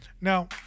Now